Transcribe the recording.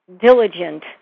diligent